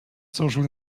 social